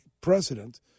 president